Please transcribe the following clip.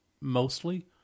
mostly